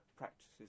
Practices